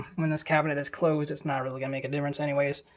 when this cabinet is closed it's not really gonna make a difference anyways.